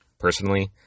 Personally